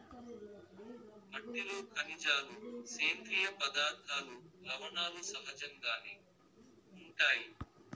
మట్టిలో ఖనిజాలు, సేంద్రీయ పదార్థాలు, లవణాలు సహజంగానే ఉంటాయి